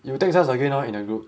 you text us again lor in the group